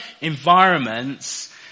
environments